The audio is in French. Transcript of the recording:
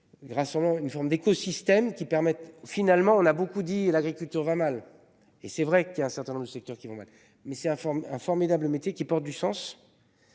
sûrement une forme d'éco-systèmes qui permettent finalement, on a beaucoup dit l'agriculture va mal et c'est vrai qu'il y a un certain nombre de secteurs qui vont mal mais c'est un, un formidable métier qui porte du sens.